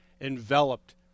enveloped